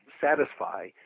satisfy